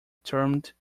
determined